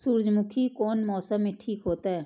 सूर्यमुखी कोन मौसम में ठीक होते?